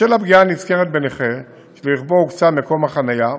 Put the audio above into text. בשל הפגיעה הנזכרת בנכה שלרכבו הוקצה מקום החניה,